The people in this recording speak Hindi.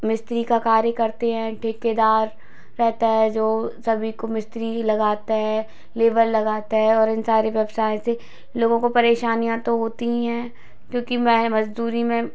मिस्त्री का कार्य करते हैं ठेकेदार रहता है जो सभी को मिस्त्री ही लगाता है लेबर लगता है और इन सारे व्यवसाय से लोगों को परेशानियाँ तो होती ही हैं क्योंकि वह मजदूरी में